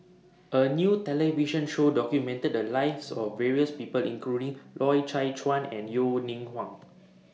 A New television Show documented The Lives of various People including Loy Chye Chuan and Yeo Ning Hong